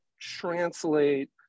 translate